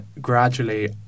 gradually